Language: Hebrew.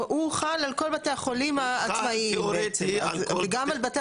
הוא הוחל על כל בתי החולים העצמאיים וגם על בתי